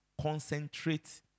concentrate